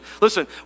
Listen